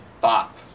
Bop